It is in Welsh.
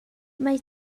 mae